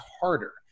harder